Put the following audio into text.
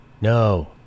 No